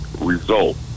result